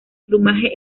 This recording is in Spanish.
plumaje